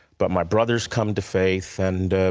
but my brother has come to faith. and